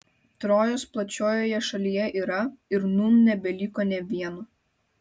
trojos plačiojoje šalyje yra ir nūn nebeliko nė vieno